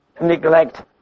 neglect